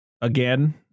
again